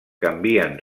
canvien